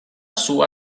sua